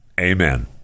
Amen